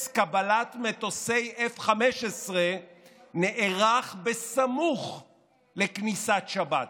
קבלת מטוסי F-15 נערך בסמוך לכניסת שבת,